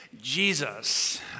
Jesus